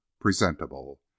presentable